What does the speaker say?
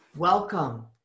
welcome